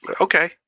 Okay